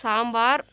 sambar